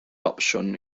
opsiwn